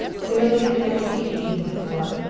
sara lee had never seen a king before,